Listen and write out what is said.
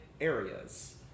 areas